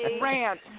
rant